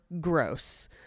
gross